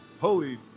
holy